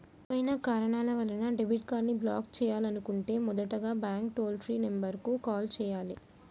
ఏవైనా కారణాల వలన డెబిట్ కార్డ్ని బ్లాక్ చేయాలనుకుంటే మొదటగా బ్యాంక్ టోల్ ఫ్రీ నెంబర్ కు కాల్ చేయాలే